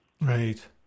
Right